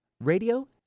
radio